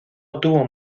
obtuvo